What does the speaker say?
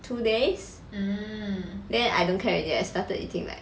two days then I don't care already started eating right